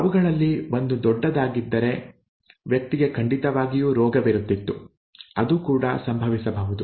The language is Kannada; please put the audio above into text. ಅವುಗಳಲ್ಲಿ ಒಂದು ದೊಡ್ಡದಾಗಿದ್ದರೆ ವ್ಯಕ್ತಿಗೆ ಖಂಡಿತವಾಗಿಯೂ ರೋಗವಿರುತ್ತಿತ್ತು ಅದು ಕೂಡ ಸಂಭವಿಸಬಹುದು